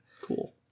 Cool